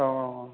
औ औ